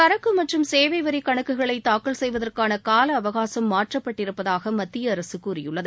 சரக்கு மற்றும் சேவை வரி கணக்குகளை தாக்கல் செய்வதற்கான கால அவகாசம் மாற்றப்பட்டிருப்பதாக மத்திய அரசு கூறியுள்ளது